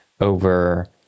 over